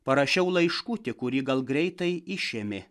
parašiau laiškutį kurį gal greitai išėmė